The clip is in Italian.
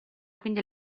quindi